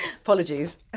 Apologies